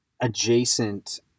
adjacent